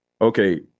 okay